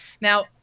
now